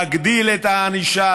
להגדיל את הענישה,